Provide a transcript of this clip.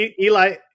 Eli